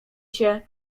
się